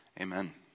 Amen